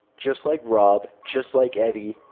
just like rob. just like eddie.